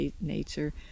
nature—